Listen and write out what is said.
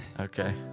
okay